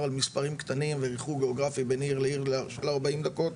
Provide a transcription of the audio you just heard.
על מספרים קטנים וריחוק גיאוגרפי בין עיר לעיר של 40 דקות,